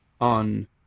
on